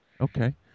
okay